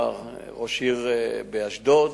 היה ראש עיר באשדוד